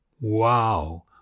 Wow